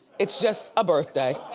it's just a birthday.